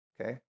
okay